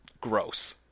gross